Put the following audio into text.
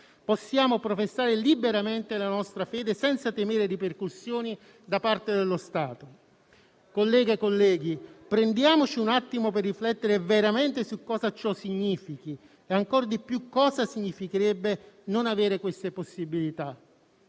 possiamo professare liberamente la nostra fede, senza temere ripercussioni da parte dello Stato. Colleghe e colleghi, prendiamoci un attimo per riflettere veramente su cosa ciò significhi e, ancor di più, su cosa significherebbe non avere queste possibilità.